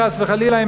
חס וחלילה,